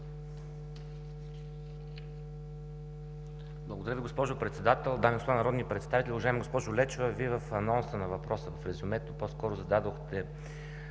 Благодаря Ви. Госпожо Председател, дами и господа народни представители! Уважаема госпожо Лечева, Вие в анонса на въпроса в резюме зададохте